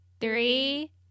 Three